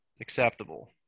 acceptable